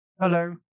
Hello